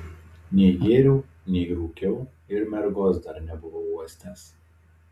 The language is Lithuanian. nei gėriau nei rūkiau ir mergos dar nebuvau uostęs